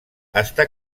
està